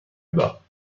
bas